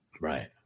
Right